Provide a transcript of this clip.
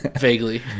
vaguely